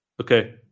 okay